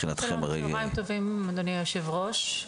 צהריים טובים, אדוני היושב ראש.